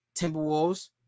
Timberwolves